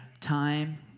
time